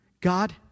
God